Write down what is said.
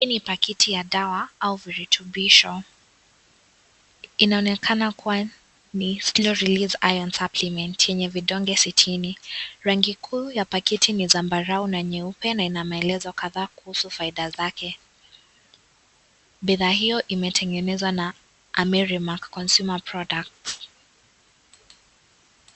Hii ni pakiti ya dawa au virutubisho inaonekana kuwa ni (cs) stereo reliese iron supplement (cs) yenye vidonge sitini. Rangi kuu ya pakiti ni zambarau na nyeupe na ina maelezo kadhaa kuhusu faida zake. Bidhaa hio imetengenezwa na Amerimark Consumer Products.